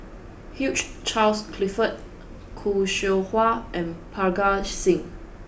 Hugh Charles Clifford Khoo Seow Hwa and Parga Singh